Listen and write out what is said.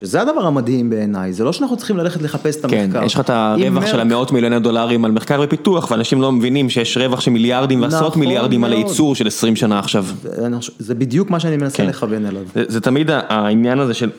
וזה הדבר המדהים בעיניי, זה לא שאנחנו צריכים ללכת לחפש את המחקר. כן, יש לך את הרווח של המאות מיליוני דולרים על מחקר ופיתוח, ואנשים לא מבינים שיש רווח שמיליארדים ועשרות מיליארדים על הייצור של עשרים שנה עכשיו. זה בדיוק מה שאני מנסה לכוון אליו. זה תמיד העניין הזה של...